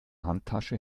handtasche